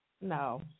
No